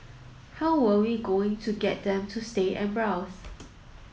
how were we going to get them to stay and browse